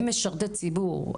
הם משרתי ציבור,